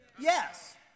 Yes